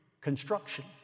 construction